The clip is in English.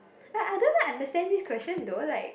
like I don't even understand this question though like